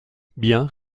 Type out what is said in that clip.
bien